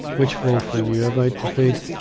which wolf were you about to feed?